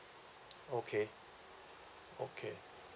okay okay